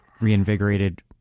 reinvigorated